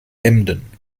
emden